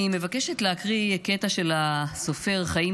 אני מבקשת להקריא קטע של הסופר חיים